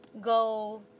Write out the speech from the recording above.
go